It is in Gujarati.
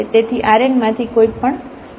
તેથી Rn માંથી કોઈ પણ લો